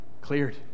cleared